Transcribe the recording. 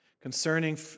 Concerning